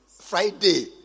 Friday